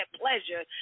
pleasure